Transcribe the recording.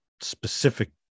specific